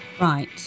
Right